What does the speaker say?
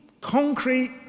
concrete